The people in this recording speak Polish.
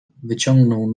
wyciągnął